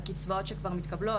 על קצבאות שכבר מתקבלות,